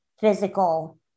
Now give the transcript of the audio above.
physical